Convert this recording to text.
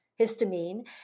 histamine